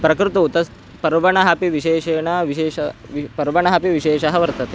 प्रकृतौ तस् पर्वणः अपि विशेषेण विशेषः वि पर्वणः अपि विशेषः वर्तते